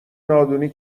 نادونی